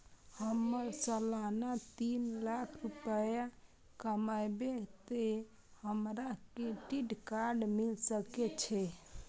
हमर सालाना तीन लाख रुपए कमाबे ते हमरा क्रेडिट कार्ड मिल सके छे?